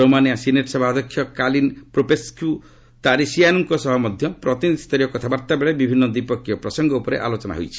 Romania senate ସଭା ଅଧ୍ୟକ୍ଷକ Calin Popescu ତାରିସିଆନ୍କୁଙ୍କ ସହ ସମଧ୍ୟ ପ୍ରତିନିଧିସରୀୟ କଥାବାର୍ତ୍ତାବେଳେ ବିଭିନ୍ନ ଦ୍ୱିପକ୍ଷୀୟ ପ୍ରସଙ୍ଗ ଉପରେ ଆଲୋଚନା କରିଛନ୍ତି